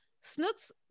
Snook's